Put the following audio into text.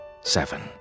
Seven